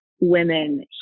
women